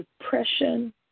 depression